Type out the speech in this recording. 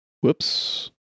whoops